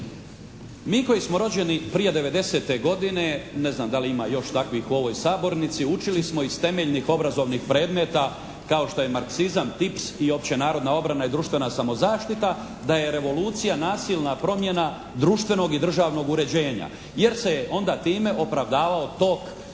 Mi koji smo rođeni prije 90-te godine, ne znam da li ima još takvih u ovoj sabornici, učili smo iz temeljnih obrazovnih predmeta kao što je marksizam, TIPS i općenarodna obrana i društvena samozaštita, da je revolucija nasilna promjena društvenog i državnog uređenja, jer se je onda time opravdavao tok kako